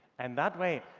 and that way,